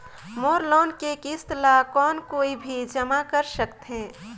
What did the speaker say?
मोर loan के किस्त ल कौन कोई भी जमा कर सकथे?